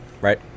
Right